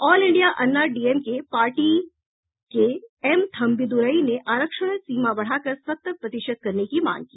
all India Anna DMK party M एम थम्बीदुरई ने आरक्षण सीमा बढ़ाकर सत्तर प्रतिशत करने की मांग की